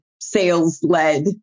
sales-led